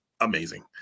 amazing